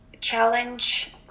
challenge